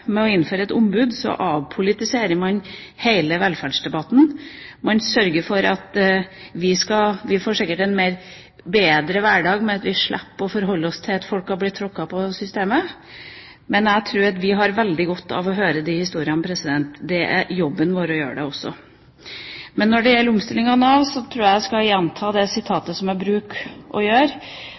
med det. Jeg er redd for at ved å innføre et ombud avpolitiserer man hele velferdsdebatten. Vi får sikkert en bedre hverdag ved at vi slipper å forholde oss til at folk har blitt tråkket på av systemet. Men jeg tror vi har veldig godt av å høre de historiene. Det er jobben vår å gjøre det også. Når det gjelder omstillingen av Nav, tror jeg at jeg skal gjenta noe som jeg har sagt før, og som det er viktig å huske på for statsråder som er